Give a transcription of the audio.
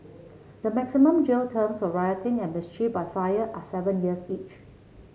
the maximum jail terms of rioting and mischief by fire are seven years each